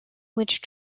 which